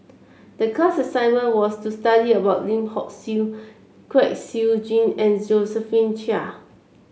the class assignment was to study about Lim Hock Siew Kwek Siew Jin and Josephine Chia